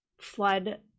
flood